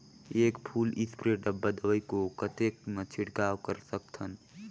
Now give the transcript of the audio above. एक full spray डब्बा दवाई को कतेक म छिड़काव कर सकथन?